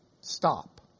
Stop